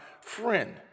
friend